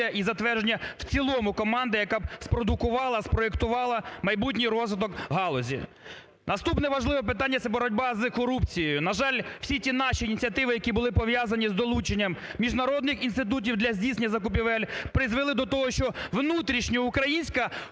і затвердження в цілому команди, яка б спродукувала, спроектувала майбутній розвиток галузі. Наступне важливе питання – це боротьба з корупцією. На жаль, всі ті наші ініціативи, які були пов'язані з долученням міжнародних інститутів для здійснення закупівель, призвели до того, що внутрішньо-українська